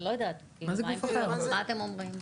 אני לא יודעת, מה אתם אומרים?